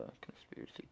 conspiracy